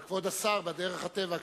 אבל, כבוד השר, בדרך הטבע,